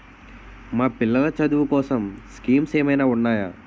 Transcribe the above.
మా పిల్లలు చదువు కోసం స్కీమ్స్ ఏమైనా ఉన్నాయా?